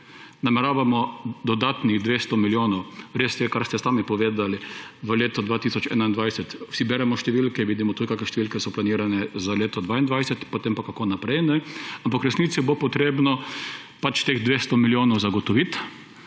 nameravamo dodatnih 200 milijonov. Res je, kar ste sami povedali, v letu 2021, vsi beremo številke, vidimo tudi, kakšne številke so planirane za leto 2022 in potem naprej, ampak v resnici bo treba teh 200 milijonov zagotoviti,